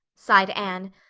sighed anne,